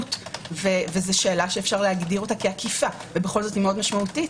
מהימנות וזו שאלה שאפשר להגדירה כעקיפה ובכל זאת מאוד משמעותית,